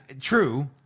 True